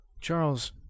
Charles